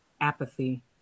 apathy